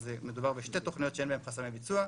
אז מדובר בשתי תוכניות שאין בהן חסמי ביצוע.